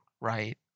right